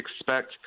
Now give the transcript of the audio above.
expect